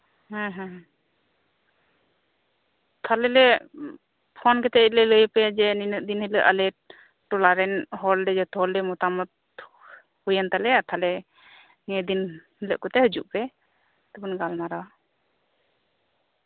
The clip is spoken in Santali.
ᱦᱩᱸ ᱦᱩᱸ ᱦᱩᱸ